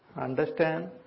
understand